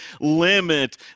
limit